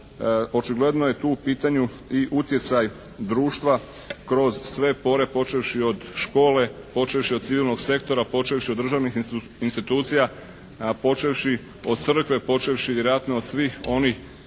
Očigledno je tu u pitanju i utjecaj društva kroz sve pore počevši od škole, počevši od civilnog sektora, počevši od državnih institucija, počevši od crkve, počevši vjerojatno